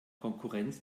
konkurrenz